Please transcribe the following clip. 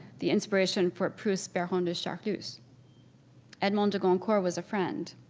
the inspiration for proust's baron um de charlus. edmond de goncourt was a friend.